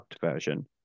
version